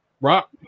Rock